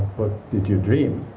what did you dream.